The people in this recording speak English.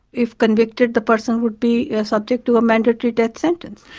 if convicted the person would be subject to a mandatory death sentence.